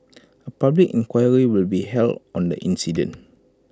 A public inquiry will be held on the incident